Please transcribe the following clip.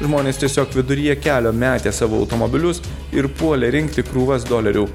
žmonės tiesiog viduryje kelio metė savo automobilius ir puolė rinkti krūvas dolerių